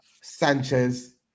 Sanchez